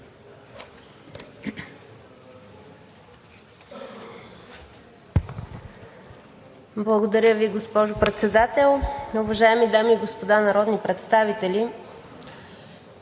Уважаема госпожо Председател, уважаеми дами и господа народни представители!